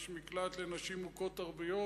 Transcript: יש מקלט לנשים מוכות ערביות,